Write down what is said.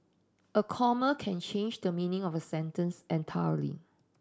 a comma can change the meaning of a sentence entirely